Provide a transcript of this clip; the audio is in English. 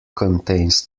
contains